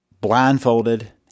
blindfolded